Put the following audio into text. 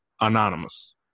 Anonymous